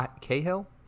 cahill